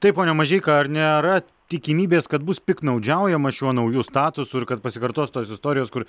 taip pone mažeika ar nėra tikimybės kad bus piktnaudžiaujama šiuo nauju statusu ir kad pasikartos tos istorijos kur